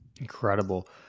incredible